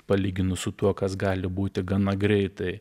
palyginus su tuo kas gali būti gana greitai